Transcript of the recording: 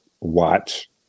watch